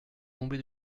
tombé